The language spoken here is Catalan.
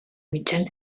mitjans